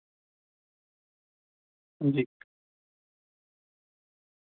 जी